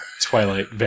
Twilight